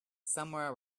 somewhere